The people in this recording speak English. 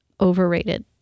overrated